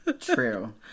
true